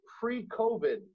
pre-COVID